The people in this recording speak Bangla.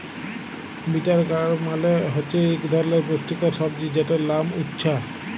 বিটার গাড় মালে হছে ইক ধরলের পুষ্টিকর সবজি যেটর লাম উছ্যা